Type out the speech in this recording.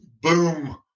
boom